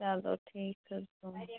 چلو ٹھیٖک حظ چھُ